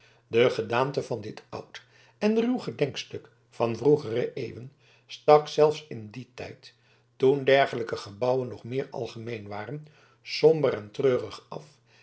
de gedaante van dit oud en ruw gedenkstuk van vroegere eeuwen stak zelfs in dien tijd toen dergelijke gebouwen nog meer algemeen waren somber en treurig af